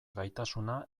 gaitasuna